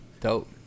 Dope